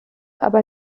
aber